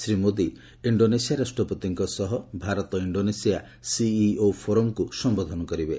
Shri Modi Indonesia ରାଷ୍ଟ୍ରପତିଙ୍କ ସହ Bharat Indonesia CEO ଫୋରମ୍କୁ ସମ୍ଭୋଧନ କରିବେ